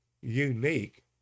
unique